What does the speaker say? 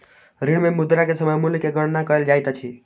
ऋण मे मुद्रा के समय मूल्य के गणना कयल जाइत अछि